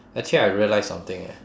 actually I realise something eh